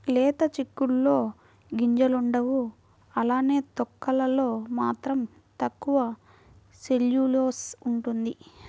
లేత చిక్కుడులో గింజలుండవు అలానే తొక్కలలో మాత్రం తక్కువ సెల్యులోస్ ఉంటుంది